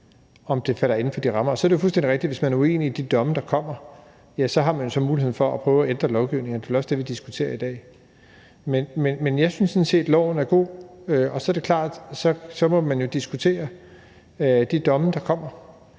om det falder inden for rammerne. Og så er det fuldstændig rigtigt, at hvis man er uenig i de domme, der kommer, så har man jo muligheden for at prøve at ændre lovgivningen, og det er også det, vi diskuterer i dag. Men jeg synes sådan set, at loven er god, og så er det klart, at så må man jo diskutere de domme, der kommer.